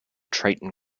triton